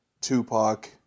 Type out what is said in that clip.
Tupac